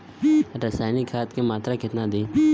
रसायनिक खाद के मात्रा केतना दी?